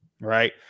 right